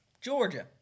Georgia